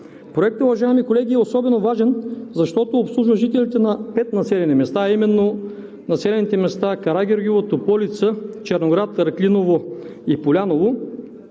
Проектът, уважаеми колеги, е особено важен, защото обслужва жителите на пет населени места, а именно: Карагеоргиево, Тополица, Черноград, Раклиново и Поляново,